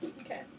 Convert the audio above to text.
Okay